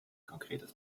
konkretes